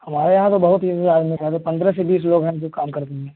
हमारे यहाँ तो बहुत ही आदमी हैं तो पंद्रह से बीस लोग हैं जो काम करते हैं